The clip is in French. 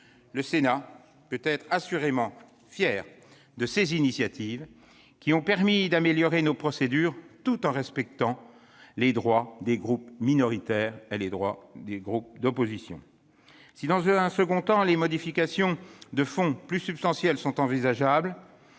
Le Sénat peut être assurément fier de ses initiatives qui ont permis d'améliorer nos procédures tout en respectant les droits des groupes minoritaires et d'opposition. Si, dans un second temps, des modifications de fond plus substantielles sont envisageables,